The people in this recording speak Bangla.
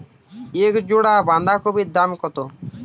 এক জোড়া বাঁধাকপির দাম কত?